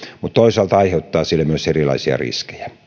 mutta toisaalta aiheuttaa sille myös erilaisia riskejä